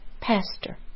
Pastor